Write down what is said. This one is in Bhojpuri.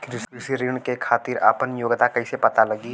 कृषि ऋण के खातिर आपन योग्यता कईसे पता लगी?